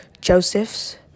Joseph's